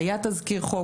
היה תזכיר חוק,